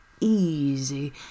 easy